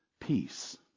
peace